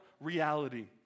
reality